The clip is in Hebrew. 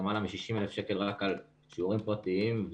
למעלה מ-60,000 רק על שיעורים פרטיים,